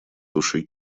душе